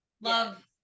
Love